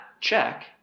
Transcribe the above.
check